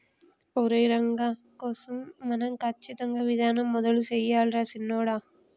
ఒరై రంగ కోసం మనం క్రచ్చింగ్ విధానం మొదలు సెయ్యాలి రా సిన్నొడా